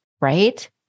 right